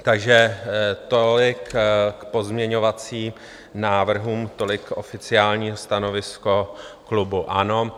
Takže tolik k pozměňovacím návrhům, tolik oficiální stanovisko klubu ANO.